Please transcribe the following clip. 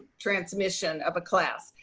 transmission of a class.